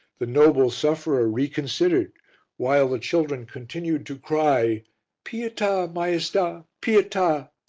the noble sufferer reconsidered while the children continued to cry pieta, maiesta, pieta!